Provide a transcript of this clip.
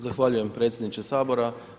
Zahvaljujem predsjedniče Sabora.